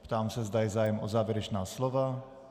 Ptám se, zda je zájem o závěrečná slova.